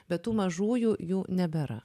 be tų mažųjų jų nebėra